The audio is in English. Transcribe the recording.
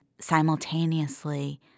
simultaneously